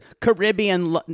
Caribbean